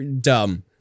dumb